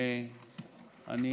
אני